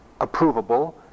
approvable